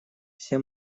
все